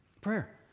prayer